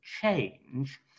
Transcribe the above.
change